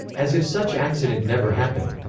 as if such accident never happened.